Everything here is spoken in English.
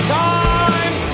time